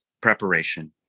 Preparation